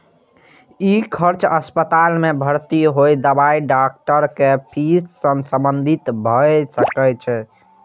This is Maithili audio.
ई खर्च अस्पताल मे भर्ती होय, दवाई, डॉक्टरक फीस सं संबंधित भए सकैए